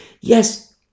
Yes